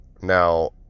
Now